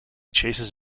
chases